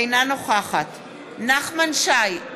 אינה נוכחת נחמן שי,